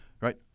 Right